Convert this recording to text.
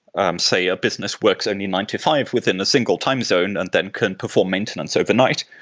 um say, a business works only nine to five within a single time zone and then can perform maintenance overnight.